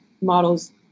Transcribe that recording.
models